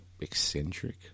eccentric